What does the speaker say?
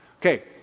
Okay